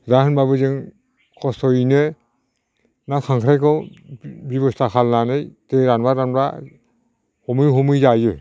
दा होनबाबो जों खस्थ'यैनो ना खांख्रायखौ बेब'स्था खालामनानै दै रानोबा रानोबा हमै हमै जायो